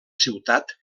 ciutat